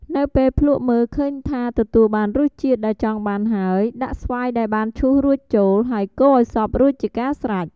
នៅពេលភ្លក់មើលឃើញថាទទួលបានរសជាតិដែលចង់បានហើយដាក់ស្វាយដែលបានឈូសរួចចូល ហើយកូរឱ្យសព្វរួចជាការស្រេច។